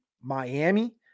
Miami